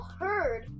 heard